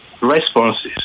responses